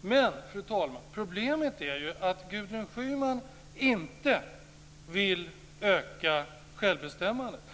Men, fru talman, problemet är ju att Gudrun Schyman inte vill öka självbestämmandet.